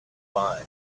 find